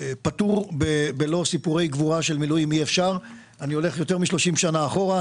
אם אני הולך יותר מ-30 שנה אחורה,